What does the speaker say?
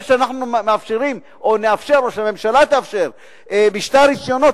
זה שאנחנו מאפשרים או נאפשר או שהממשלה תאפשר משטר רשיונות,